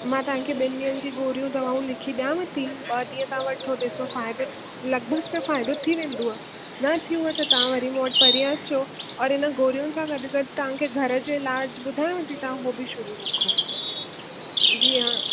मां तव्हांखे ॿिनि ॾींहंनि जी गोरियूं दवाऊं लिखी ॾियांव थी ॿ ॾींहं तव्हां वठो ॾिसो फ़ाइदो लॻभॻि त फ़ाइदो थी वेंदो आहे न थियेव त तव्हां वरी मूं वटि परीहं अचो और इन गोरियूं सां गॾु गॾु तव्हांखे घर जो इलाजु ॿुधांयांव थी तव्हां उहो बि शुरू रखो जी हां